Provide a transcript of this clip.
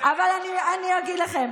אבל אני אגיד לכם,